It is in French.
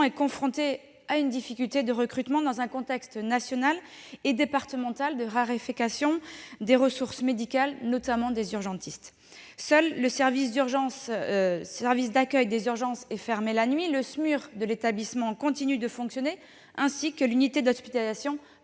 est confronté à des difficultés de recrutement dans un contexte national et départemental de raréfaction des ressources médicales, notamment urgentistes. Seul le service d'accueil des urgences est fermé la nuit. Le SMUR de l'établissement ainsi que l'unité d'hospitalisation